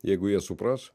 jeigu jie supras